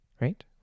Right